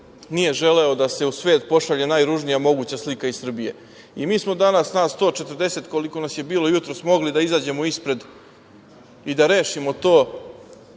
nije želeo da se u svet pošalje najružnija moguća slika iz Srbije. Mi smo danas, nas 140, koliko nas je bilo jutros, mogli da izađemo ispred i da rešimo to